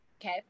Okay